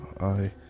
I-